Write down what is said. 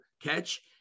catch